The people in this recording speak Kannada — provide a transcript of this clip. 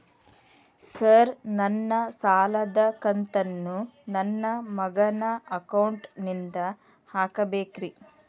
ಸರ್ ನನ್ನ ಸಾಲದ ಕಂತನ್ನು ನನ್ನ ಮಗನ ಅಕೌಂಟ್ ನಿಂದ ಹಾಕಬೇಕ್ರಿ?